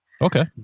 Okay